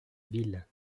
ville